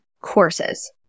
courses